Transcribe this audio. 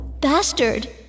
Bastard